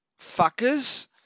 fuckers